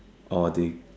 or they